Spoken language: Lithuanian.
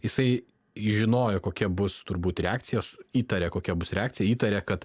jisai žinojo kokia bus turbūt reakcijos įtaria kokia bus reakcija įtaria kad